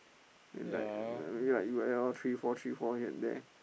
then like maybe like you add on three four three four here and there